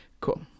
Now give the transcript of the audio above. cool